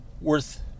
worth